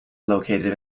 located